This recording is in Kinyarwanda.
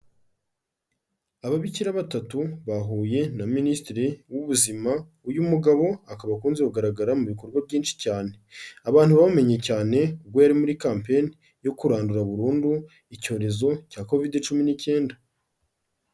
Ababikira batatu bahuye na minisitiri w'ubuzima. Uyu mugabo akaba akunze kugaragara mu bikorwa byinshi cyane. Abantu bamumenye cyane, ubwo yari muri kampanyi yo kurandura burundu icyorezo cya kovide cumi n'icyenda.